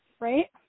Right